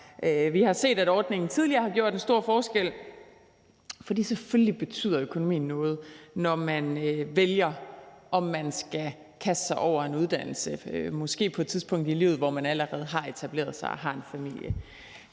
Vi har set, at ordningen tidligere har gjort en stor forskel, for selvfølgelig betyder økonomien noget, når man vælger at kaste sig over en uddannelse, måske på et tidspunkt i livet, hvor man allerede har etableret sig og har en familie.